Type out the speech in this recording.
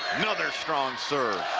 another strong serve.